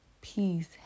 peace